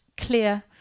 clear